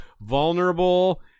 vulnerable